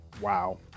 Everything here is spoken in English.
Wow